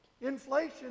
Inflation